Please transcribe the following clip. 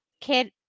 Kid